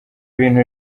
bintu